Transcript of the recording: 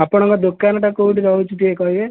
ଆପଣଙ୍କ ଦୋକାନଟା କୋଉଠି ରହୁଛି ଟିକିଏ କହିବେ